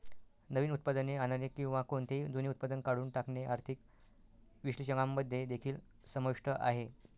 नवीन उत्पादने आणणे किंवा कोणतेही जुने उत्पादन काढून टाकणे आर्थिक विश्लेषकांमध्ये देखील समाविष्ट आहे